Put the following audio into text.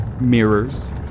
mirrors